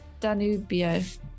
danubio